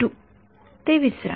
तर ते विसरा